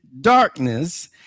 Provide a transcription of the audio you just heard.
darkness